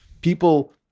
people